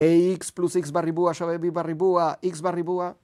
X פלוס X בריבוע = B בריבוע, X בריבוע.